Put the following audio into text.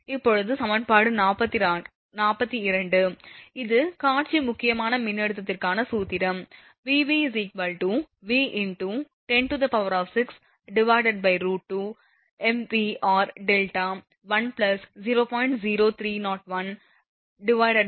இப்போது சமன்பாடு 42 இது காட்சி முக்கியமான மின்னழுத்தத்திற்கான சூத்திரம் Vv 3 × 106√2mvrδ 10